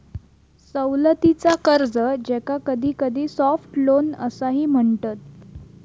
सवलतीचा कर्ज, ज्याका कधीकधी सॉफ्ट लोन असाही म्हणतत